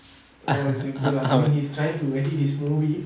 oh it's okay lah I mean he's trying to edit his movie